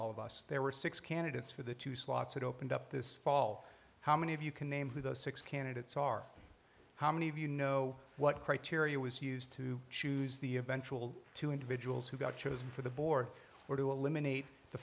all of us there were six candidates for the two slots that opened up this fall how many of you can name who the six candidates are how many of you know what criteria was used to choose the eventual two individuals who got chosen for the board or to eliminate the